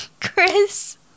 Chris